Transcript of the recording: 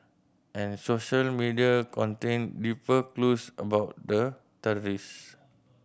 and social media contained deeper clues about the terrorist